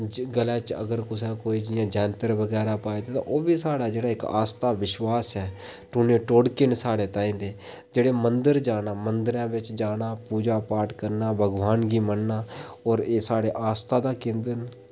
गलै च जियां अगर कुसै जैंतर पाये दा ओह्बी इक्क साढ़ा आस्था ते विश्वास ऐ टूनै टोटके न साढ़े ताहीं दे जेह्ड़े मंदर जाना पूजा पाठ करना भगवान गी मनना होर एह् साढ़ा आस्था दे केंद्र न